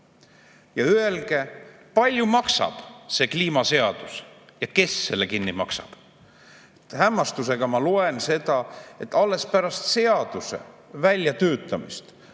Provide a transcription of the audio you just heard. ja öelge, kui palju maksab see kliimaseadus ja kes selle kinni maksab. Hämmastusega ma loen seda, et alles pärast seaduse väljatöötamist